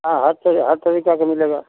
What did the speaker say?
हाँ हर तरे हर तरीक़े के मिलेगी